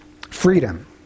Freedom